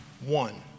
One